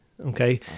Okay